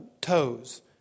toes